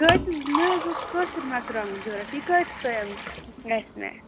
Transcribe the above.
کٍتِس مےٚ حظ اوس کٲشُر مرژٕوانٛگُن ضروٗرَت یہِ کٍتِس تانۍ گَژھِ مےٚ